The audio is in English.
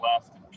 left